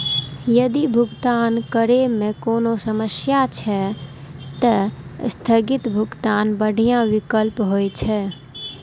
यदि भुगतान करै मे कोनो समस्या छै, ते स्थगित भुगतान बढ़िया विकल्प होइ छै